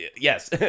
yes